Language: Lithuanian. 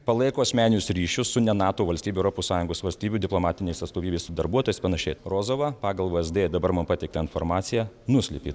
palaiko asmeninius ryšius su ne nato valstybių europos sąjungos valstybių diplomatinės atstovybės darbuotojais ir panašiai rozova pagal vsd dabar man pateiktą informaciją nuslėpė